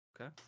Okay